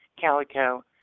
calico